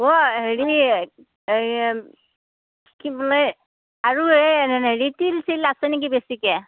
অ' হেৰি এই কি বোলে আৰু এই হেৰি তিল চিল আছে নেকি বেছিকৈ